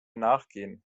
nachgehen